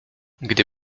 gdy